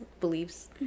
beliefs